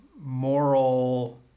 moral